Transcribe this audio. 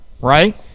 right